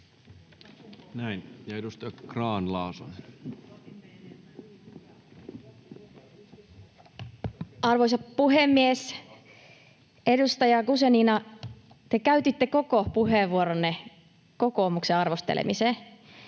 Arvoisa puhemies! Edustaja Guzenina, te käytitte koko puheenvuoronne kokoomuksen arvostelemiseen.